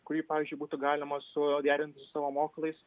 kurį pavyzdžiui būtų galima suderinti su mokslais